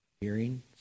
hearing